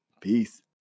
Peace